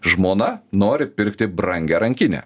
žmona nori pirkti brangią rankinę